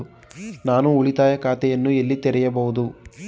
ನಾನು ಉಳಿತಾಯ ಖಾತೆಯನ್ನು ಎಲ್ಲಿ ತೆರೆಯಬಹುದು?